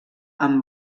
amb